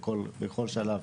אלא בכל שלב,